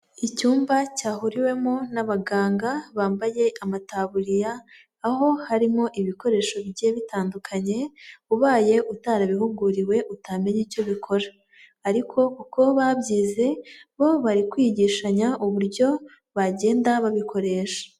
Icyumba cyahuriwemo n'abaganga bambaye amataburiya, aho harimo ibikoresho bigiye bitandukanye, ubaye utarabihuguriwe utamenya icyo bikora ariko kuko babyize, bo bari kwigishanya uburyo bagenda babikoresha.